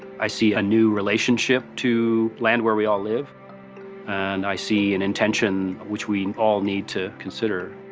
i see a new relationship to land, where we all live and i see an intention which we all need to consider.